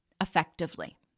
effectively